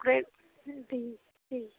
grade B C